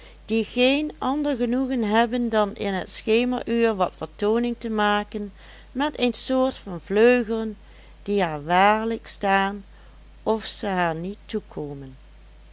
die geen ander genoegen hebben dan in het schemeruur wat vertooning te maken met een soort van vleugelen die haar waarlijk staan of ze haar niet toekomen